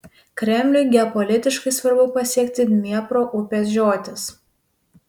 kremliui geopolitiškai svarbu pasiekti dniepro upės žiotis